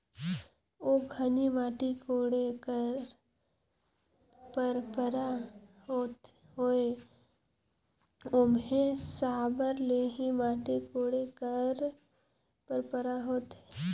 ओ घनी माटी कोड़े कर पंरपरा होए ओम्हे साबर ले ही माटी कोड़े कर परपरा होए